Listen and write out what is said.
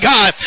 God